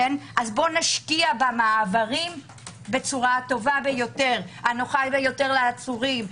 בוא נשקיע במעברים בצורה הנוחה ביותר עצורים,